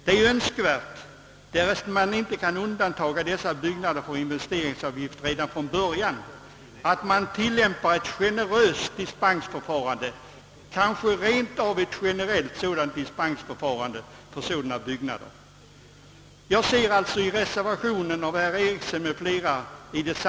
Det är önskvärt — därest dessa byggnader inte redan från början kan undantas från investeringsavgift — att man för dem tillämpar ett generöst dispensförfarande, kanske rent av ett generellt dylikt.